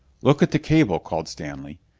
look at the cable! called stanley.